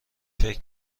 فکر